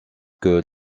que